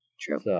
True